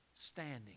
standing